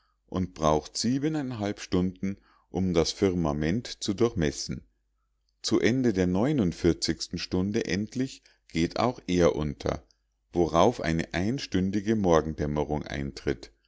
und braucht stunden um das firmament zu durchmessen zu ende der stunde endlich geht auch er unter worauf eine einstündige morgendämmerung eintritt